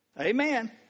Amen